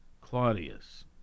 Claudius